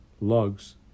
Lugs